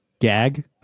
gag